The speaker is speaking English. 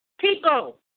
People